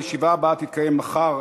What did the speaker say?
הישיבה הבאה תתקיים מחר,